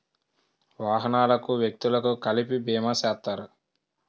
వాహనాలకు వ్యక్తులకు కలిపి బీమా చేస్తారు